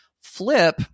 Flip